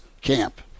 camp